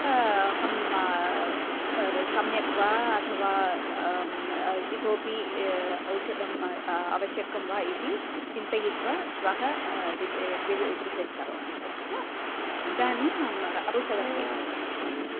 अहं सम्यक् वा अथवा इतोपि औषधम् आवश्यकं वा इति चिन्तयित्वा श्वः डिसैड् डिसैड् करोमि अस्तु वा इदानीम् औषधं प्रेषयामि